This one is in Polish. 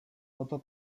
oto